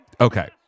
Okay